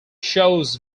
shows